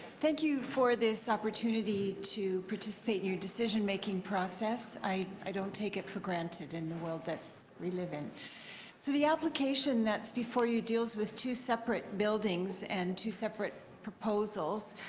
thank you for this opportunity to participate in your decision-making process. i i don't take it for granted in the world that we live in. so the application that's before you deals with two separate buildings and two separate proposals.